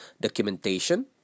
documentation